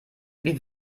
wie